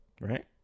right